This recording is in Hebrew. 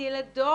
ילדות.